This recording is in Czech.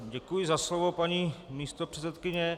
Děkuji za slovo, paní místopředsedkyně.